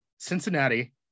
Cincinnati